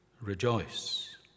rejoice